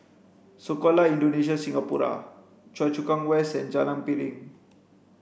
Sekolah Indonesia Singapura Choa Chu Kang West and Jalan Piring